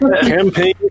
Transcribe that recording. campaign